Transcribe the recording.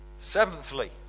Seventhly